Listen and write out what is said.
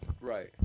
Right